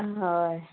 হয়